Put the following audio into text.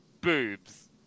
Boobs